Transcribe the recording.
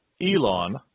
Elon